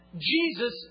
Jesus